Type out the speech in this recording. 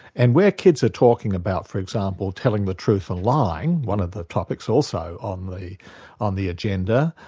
and where kids are talking about for example, telling the truth and lying, one of the topics also on the on the agenda,